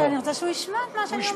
אני רוצה שהוא ישמע את מה שאני אומרת.